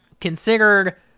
considered